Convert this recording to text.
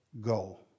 go